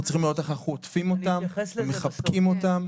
צריכים לראות איך אנחנו עוטפים אותם ומחבקים אותם.